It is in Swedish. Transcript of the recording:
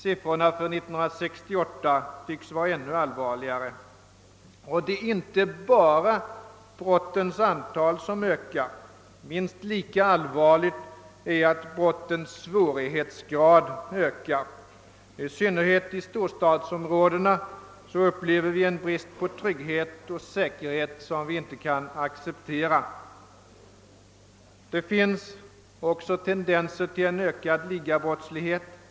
Siffrorna för 1968 tycks vara ännu allvarligare. Det är inte bara brottens antal som ökar; minst lika allvarligt är att brottens svårighetsgrad ökar. I synnerhet i storstadsområdena upplever vi en brist på trygghet och säkerhet som vi inte kan acceptera. Det finns också tendenser till ökad ligabrottslighet.